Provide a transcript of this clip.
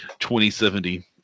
2070